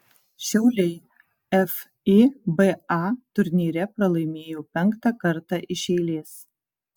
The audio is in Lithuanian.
šiauliai fiba turnyre pralaimėjo penktą kartą iš eilės